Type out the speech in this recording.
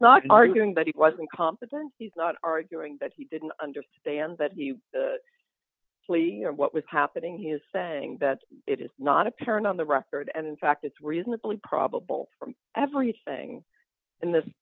not arguing that he wasn't competent he's not arguing that he didn't understand but he fully what was happening he is saying that it is not apparent on the record and in fact it's reasonably probable from everything in this